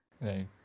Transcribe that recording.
Right